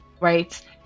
right